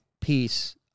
peace